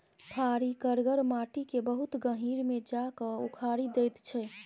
फारी करगर माटि केँ बहुत गहींर मे जा कए उखारि दैत छै